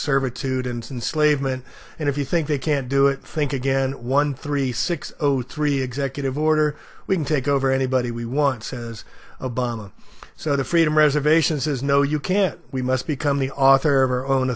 servitude and slave men and if you think they can't do it think again one three six zero three executive order we can take over anybody we want says obama so the freedom reservation says no you can't we must become the author of our own